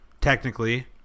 technically